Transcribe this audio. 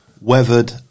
weathered